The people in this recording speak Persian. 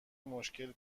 مشکل